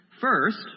First